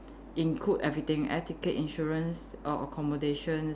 include everything air ticket insurance err accommodations